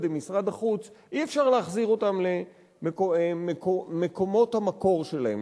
דמשרד החוץ אי-אפשר להחזיר אותם למקומות המקור שלהם.